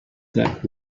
that